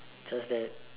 just that